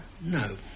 No